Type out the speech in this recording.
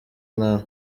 nkawe